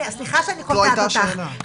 סליחה שאני קוטעת אותך.